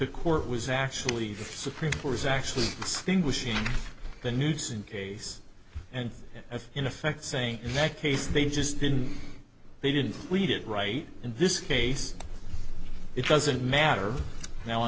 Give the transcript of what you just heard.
court was actually the supreme court is actually the english in the newson case and if in effect saying in that case they just didn't they didn't read it right in this case it doesn't matter now